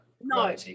No